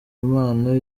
impano